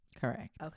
Correct